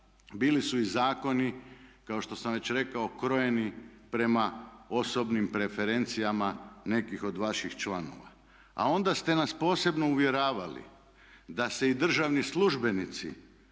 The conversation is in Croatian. bili su i zakoni kao što sam već rekao krojeni prema osobnim preferencijama nekih od vaših članova. A onda ste nas posebno uvjeravali da se i državni službenici